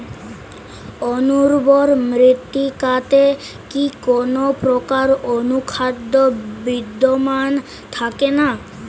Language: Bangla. অনুর্বর মৃত্তিকাতে কি কোনো প্রকার অনুখাদ্য বিদ্যমান থাকে না?